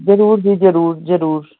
ਜ਼ਰੂਰ ਜੀ ਜ਼ਰੂਰ ਜ਼ਰੂਰ